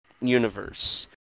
universe